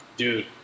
Dude